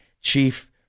chief